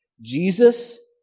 Jesus